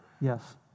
Yes